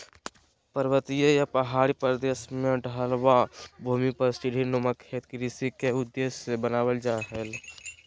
पर्वतीय या पहाड़ी प्रदेश के ढलवां भूमि पर सीढ़ी नुमा खेत कृषि के उद्देश्य से बनावल जा हल